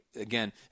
again